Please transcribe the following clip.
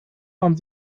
man